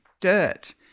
dirt